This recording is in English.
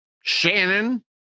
Shannon